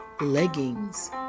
Leggings